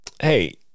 hey